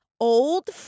old